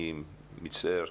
אני מצטער,